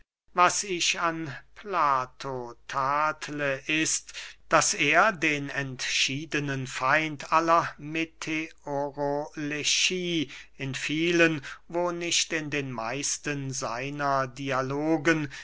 was ich an plato tadle ist daß er den entschiedenen feind aller meteoroleschie in vielen wo nicht in den meisten seiner dialogen